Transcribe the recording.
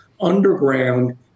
underground